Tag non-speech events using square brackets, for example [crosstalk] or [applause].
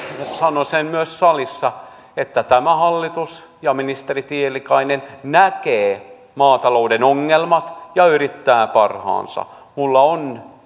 sanon sen myös salissa että tämä hallitus ja ministeri tiilikainen näkee maatalouden ongelmat ja yrittää parhaansa minulla on [unintelligible]